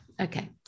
Okay